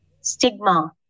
stigma